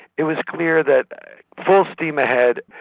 it was clear that full steam ahead,